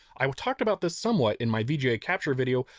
i talked about this somewhat in my vga capture video,